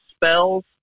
spells